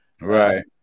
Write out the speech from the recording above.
Right